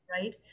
right